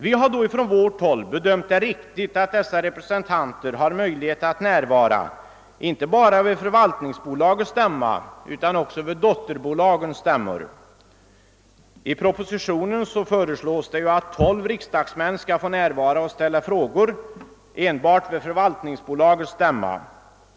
Vi har därför på vårt håll bedömt det vara riktigt att dessa representanter har möjlighet att närvara, inte bara vid förvaltningsbolagets stämma utan också vid dotterbolagens stämmor. I propositionen föreslås det att 12 riksdagsmän skall få närvara och ställa frågor, dock enbart vid förvaltningsbolagets stämma.